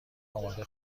آماده